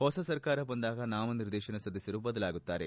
ಹೊಸ ಸರ್ಕಾರ ಬಂದಾಗ ನಾಮನಿರ್ದೇತನ ಸದಸ್ಕರು ಬದಲಾಗುತ್ತಾರೆ